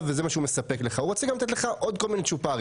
וזה מה שהוא מספק לך רוצה גם לתת לך עוד כל מיני צ'ופרים,